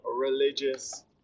religious